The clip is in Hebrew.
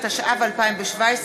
התשע"ו 2017,